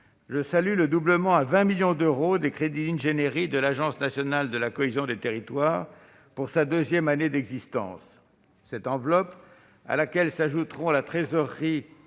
je salue le doublement à 20 millions d'euros des crédits d'ingénierie de l'Agence nationale de la cohésion des territoires, pour sa deuxième année d'existence. Cette enveloppe sera enrichie de la trésorerie